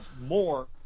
more